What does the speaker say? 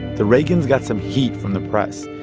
the reagans got some heat from the press,